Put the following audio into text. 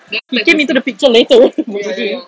he came into the picture later exactly